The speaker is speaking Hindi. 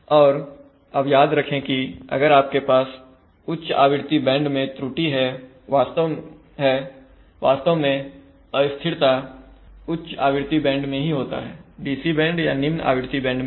और अब याद रखें कि अगर आपके पास उच्च आवृत्ति बैंड में त्रुटि है वास्तव में अस्थिरता उच्च आवृत्ति बैंड में ही होता है DC बैंड या निम्न आवर्ती बैंड मैं नहीं